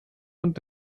und